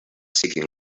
seeking